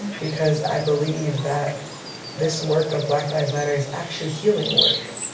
because i believe that this work of black lives matter is actually healing work.